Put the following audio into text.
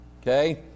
okay